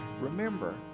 Remember